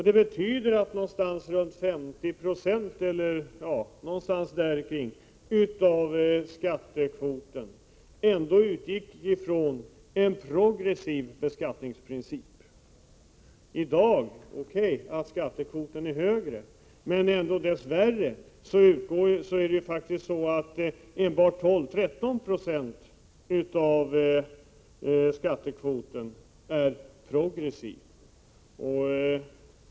Det betyder att omkring 50 26 av skattekvoten ändå utgick från en progressiv beskattningsprincip. I dag är skattekvoten visserligen högre. Men dess värre är ju enbart 12-13 20 av skattekvoten progressiv.